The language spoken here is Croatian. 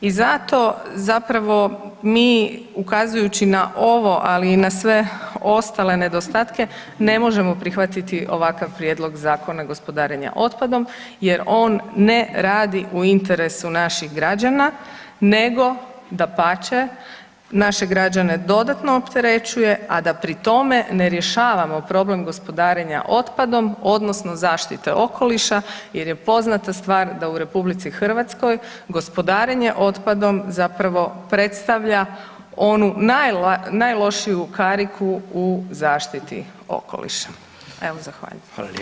I zato zapravo mi ukazujući na ovo, ali i na sve ostale nedostatke ne možemo prihvatiti ovakav prijedlog Zakona gospodarenja otpadom jer on ne radi u interesu naših građana nego dapače, naše građane dodatno opterećuje, a da pri tome ne rješavamo problem gospodarenja otpadom odnosno zaštite okoliša jer je poznata stvar da u RH gospodarenje otpadom zapravo predstavlja onu najlošiju kariku u zaštiti okoliša.